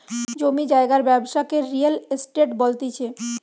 জমি জায়গার ব্যবসাকে রিয়েল এস্টেট বলতিছে